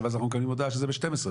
ואז אנחנו מקבלים הודעה שזה בשתיים עשרה,